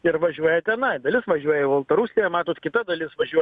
ir važiuoja tenai dalis važiuoja į baltarusiją matot kita dalis važiuoja